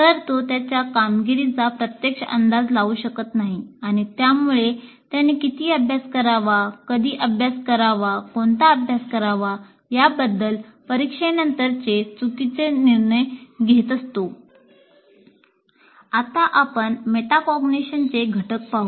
तर तो त्याच्या कामगिरीचा प्रत्यक्ष अंदाज लावू शकत नाही आणि त्या मुळे त्यांनी किती अभ्यास करावा कधी अभ्यास करावा कोणता अभ्यास करावा याबद्दल परीक्षेनंतरचे चुकीचे निर्णय घेतो आता आपण मेटाकॉग्निशनचे घटक पाहू